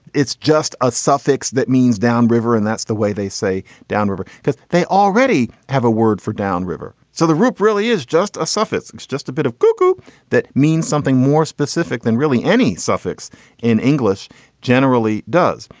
it's just a suffix that means down river. and that's the way they say down river because they already have a word for down river. so the roope really is just a suffix. it's just a bit of goo-goo that means something more specific than really any suffix in english generally does.